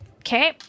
Okay